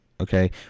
Okay